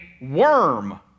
worm